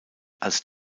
als